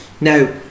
now